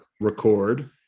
record